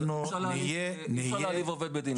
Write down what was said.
אי אפשר להעליב עובד מדינה.